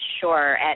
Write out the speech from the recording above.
sure